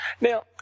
Now